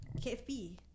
KFP